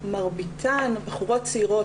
מרביתן בחורות צעירות,